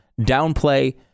downplay